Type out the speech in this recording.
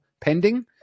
pending